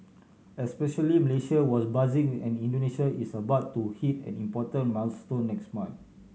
especially Malaysia was buzzing and Indonesia is about to hit an important milestone next month